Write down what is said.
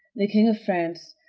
the king of france,